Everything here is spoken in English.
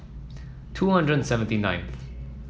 two hundred and seventy nineth